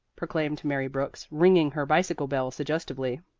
proclaimed mary brooks, ringing her bicycle bell suggestively.